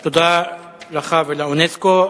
תודה לך ולאונסק"ו.